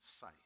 sight